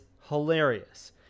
hilarious